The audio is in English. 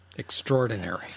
extraordinary